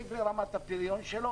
להוסיף לרמת הפריון שלו